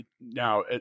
now